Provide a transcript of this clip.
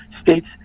states